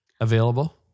available